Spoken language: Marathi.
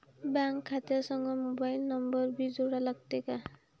बँक खात्या संग मोबाईल नंबर भी जोडा लागते काय?